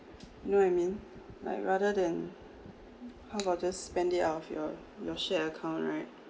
know what I mean like rather than how about just spend it out of your your shared account right